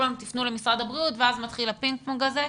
להם לפנות למשרד הבריאות ואז מתחיל הפינג פונג הזה.